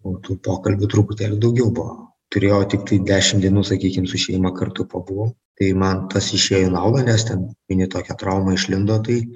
buvo tų pokalbių truputėlį daugiau buvo turėjau tiktai dešim dienų sakykim su šeima kartu pabuvom tai man tas išėjo į naudą nes ten mini tokia trauma išlindo tai